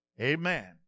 Amen